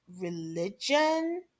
religion